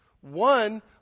One